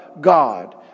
God